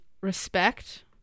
Respect